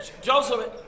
Joseph